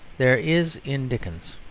there is in dickens.